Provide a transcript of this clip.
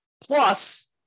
Plus